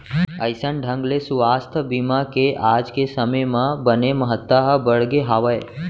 अइसन ढंग ले सुवास्थ बीमा के आज के समे म बने महत्ता ह बढ़गे हावय